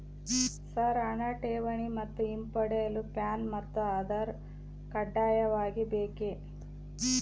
Sir ಹಣ ಠೇವಣಿ ಮತ್ತು ಹಿಂಪಡೆಯಲು ಪ್ಯಾನ್ ಮತ್ತು ಆಧಾರ್ ಕಡ್ಡಾಯವಾಗಿ ಬೇಕೆ?